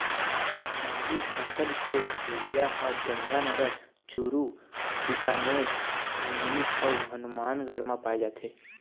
नाली नसल के भेड़िया ह गंगानगर, चूरू, बीकानेर, झुंझनू अउ हनुमानगढ़ म पाए जाथे